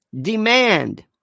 demand